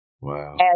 Wow